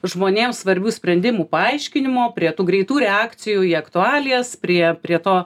žmonėm svarbių sprendimų paaiškinimo prie tų greitų reakcijų į aktualijas prie prie to